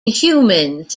humans